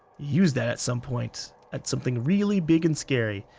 use that at some point at something really big and scary.